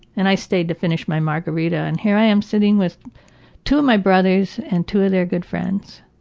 and, i stayed to finish my margarita. and here i am sitting with two of my brothers and two of their good friends,